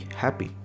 happy